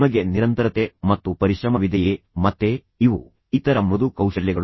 ನಿಮಗೆ ನಿರಂತರತೆ ಮತ್ತು ಪರಿಶ್ರಮವಿದೆಯೇ ಮತ್ತೆ ಇವು ಇತರ ಮೃದು ಕೌಶಲ್ಯಗಳು